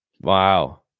wow